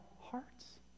hearts